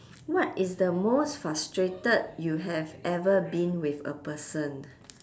what is the most frustrated you have ever been with a person